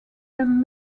them